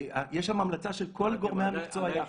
יש שם המלצה של כל גורמי המקצוע יחד.